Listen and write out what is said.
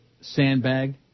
sandbag